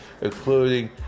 including